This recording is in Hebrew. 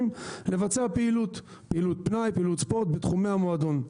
ולבצע פעילות פנאי או פעילות ספורט בתחומי המועדון.